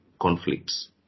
conflicts